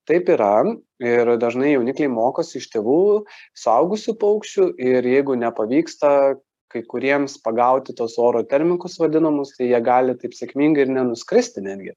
taip yra ir dažnai jaunikliai mokosi iš tėvų suaugusių paukščių ir jeigu nepavyksta kai kuriems pagauti tuos oro termikus vadinamus tai jie gali taip sėkmingai ir nenuskristi netgi